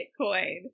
Bitcoin